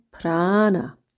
prana